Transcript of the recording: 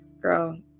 Girl